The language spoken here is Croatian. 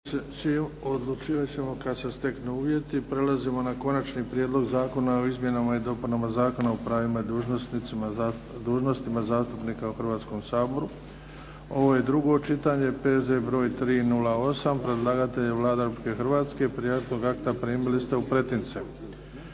**Bebić, Luka (HDZ)** Prelazimo na –- Konačni prijedlog Zakona o izmjenama i dopunama Zakona o pravima i dužnostima zastupnika u Hrvatskome saboru, drugo čitanje, P.Z. br. 308 Predlagatelj je Vlada Republike Hrvatske. Prijedlog akta primili ste u pretince.